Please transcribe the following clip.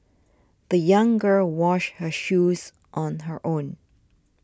the young girl washed her shoes on her own